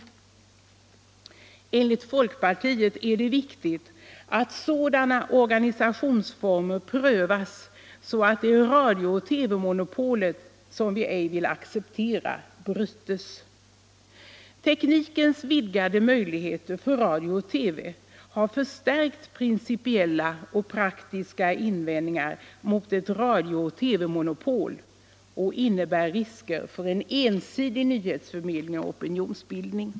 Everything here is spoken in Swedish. Enligt folkpartiet är det viktigt att sådana organisationsformer prövas att radio och TV-monopolet, som vi ej vill acceptera, brytes. Teknikens vidgade möjligheter för radio och TV har förstärkt principiella och praktiska invändningar mot ett radio och TV-monopol och innebär risker för en ensidig nyhetsförmedling och opinionsbildning.